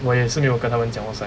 我也是没有跟他们讲我 sign